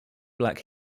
black